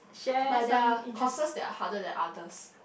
but there are courses that are harder than others